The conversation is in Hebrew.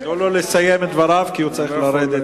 תנו לו לסיים את דבריו כי הוא צריך לרדת.